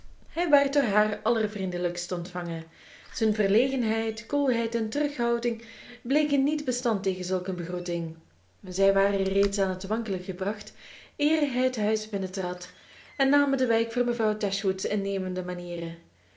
hij werd door haar allervriendelijkst ontvangen zijn verlegenheid koelheid en terughouding bleken niet bestand tegen zulk een begroeting zij waren reeds aan het wankelen gebracht eer hij het huis binnentrad en namen de wijk voor mevrouw dashwood's innemende manieren